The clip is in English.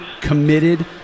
committed